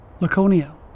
Laconia